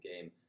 game